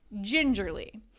gingerly